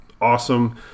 awesome